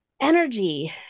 energy